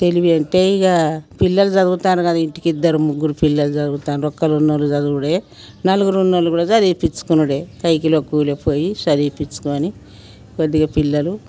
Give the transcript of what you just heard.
తెలివి అంటే ఇగా పిల్లలు చదువుతన్నారు కదా ఇంటికి ఇద్దరు ముగ్గురు పిల్లలు చదువుతాండ్రు ఒక్కరున్నోళ్ళు చదువుడే నలుగురు ఉన్నోళ్ళు కూడా చదువుపిచ్చుకునుడే కైకులో కూలో పోయి చదివిపిచ్చుకొని కొద్దిగా పిల్లలు